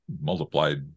multiplied